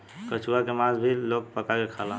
कछुआ के मास भी लोग पका के खाला